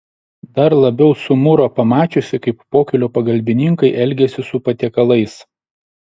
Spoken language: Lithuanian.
dar labiau sumuro pamačiusi kaip pokylio pagalbininkai elgiasi su patiekalais